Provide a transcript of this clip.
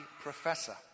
professor